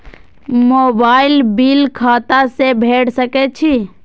Mobile bill खाता से भेड़ सके छि?